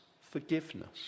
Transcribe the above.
forgiveness